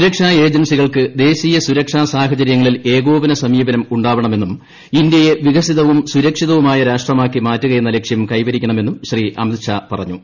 സുരക്ഷാ് ഏജൻസികൾക്ക് ദേശീയ സുരക്ഷാ സാഹചര്യങ്ങളിൽ ഏകോപന സമീപനം ഉണ്ടാവണമെന്നും ഇന്ത്യയെ വികസിതവും സുരക്ഷിതവുമായ രാഷ്ട്രമാക്കി മാറ്റുകയെന്ന ലക്ഷ്യം കൈവരിക്കണമെന്നും ശ്രീ അമിത് ഷാ പറഞ്ഞു